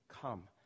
come